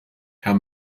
herr